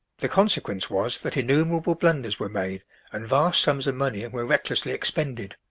the consequence was that innumerable blunders were made and vast sums of money were recklessly expended.